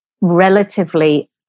relatively